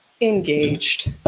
Engaged